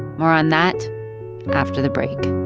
more on that after the break